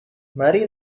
mari